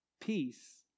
peace